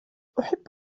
أحب